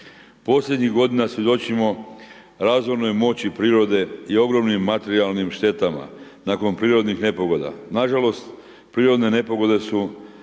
Posljednjih godina svjedočimo razvojnoj moći prirode i ogromnim materijalnim štetama nakon prirodnih nepogoda. Nažalost, prirodne nepogode su